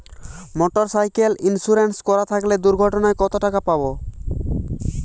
Motorcycle insurance করা থাকলে দুঃঘটনায় কতটাকা পাব?